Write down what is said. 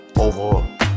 over